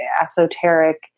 esoteric